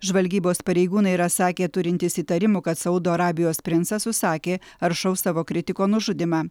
žvalgybos pareigūnai yra sakę turintys įtarimų kad saudo arabijos princas užsakė aršaus savo kritiko nužudymą